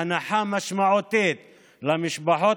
הנחה משמעותית למשפחות,